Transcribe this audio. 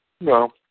No